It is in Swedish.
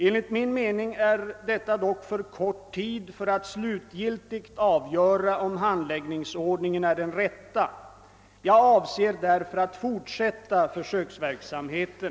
Enligt min mening är detta dock för kort tid för att slutgiltigt avgöra om handläggningsordningen är den rätta. Jag avser därför att fortsätta försöksverksamheten.